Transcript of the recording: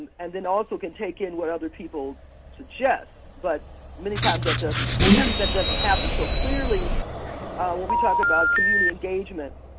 and then also can take in what other people suggest. but many times that doesn't and that doesn't happen so clearly when we talk about community engagement.